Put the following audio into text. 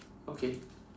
okay